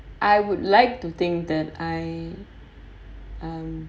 I would like to think that I um